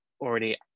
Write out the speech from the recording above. already